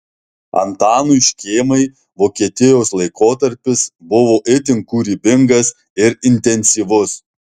antanui škėmai vokietijos laikotarpis buvo itin kūrybingas ir intensyvus